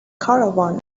caravan